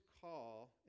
call